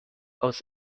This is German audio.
aus